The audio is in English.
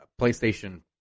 PlayStation